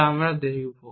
তা আমরা দেখব